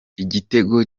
igitego